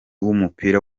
w’umupira